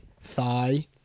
thigh